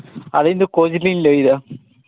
ᱟᱹᱞᱤᱧ ᱫᱚ ᱠᱳᱪ ᱞᱤᱧ ᱞᱟᱹᱭᱮᱫᱟ